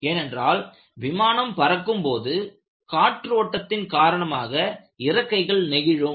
ஏனென்றால் விமானம் பறக்கும் போது காற்று ஓட்டத்தின் காரணமாக இறக்கைகள் நெகிழும்